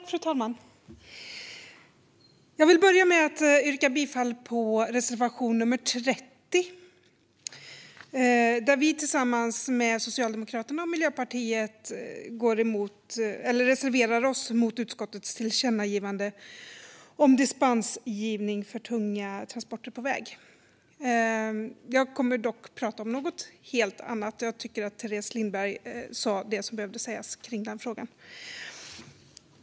Fru talman! Jag vill börja med att yrka bifall till reservation nr 30, där vi tillsammans med Socialdemokraterna och Miljöpartiet reserverar oss mot utskottets tillkännagivande om dispensgivning för tunga transporter på väg. Jag kommer dock att tala om något helt annat; jag tycker att Teres Lindberg sa det som behövde sägas i den frågan.